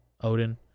Odin